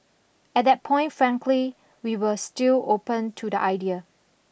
at that point frankly we were still open to the idea